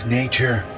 nature